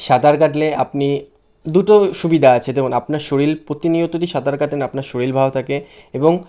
সাঁতার কাটলে আপনি দুটো সুবিধা আছে তেমন আপনার শরীর প্রতিনিয়ত দিয়ে সাঁতার কাটেন আপনার শরীর ভালো থাকে এবং